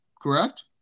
correct